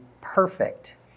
perfect